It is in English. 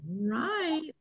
right